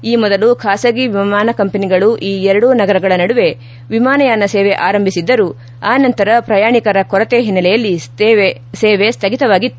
ಈ ಮೊದಲು ಖಾಸಗಿ ವಿಮಾನ ಕಂಪನಿಗಳು ಈ ಎರಡೂ ನಗರಗಳ ನಡುವೆ ವಿಮಾನಯಾನ ಸೇವೆ ಆರಂಭಿಸಿದ್ದರೂ ಆ ನಂತರ ಪ್ರಯಾಣಿಕರ ಕೊರತೆ ಹಿನ್ನೆಲೆಯಲ್ಲಿ ಸೇವೆ ಸ್ಥಗಿತವಾಗಿತ್ತು